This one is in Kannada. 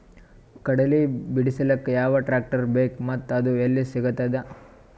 ಕಡಲಿ ಬಿಡಿಸಲಕ ಯಾವ ಟ್ರಾಕ್ಟರ್ ಬೇಕ ಮತ್ತ ಅದು ಯಲ್ಲಿ ಸಿಗತದ?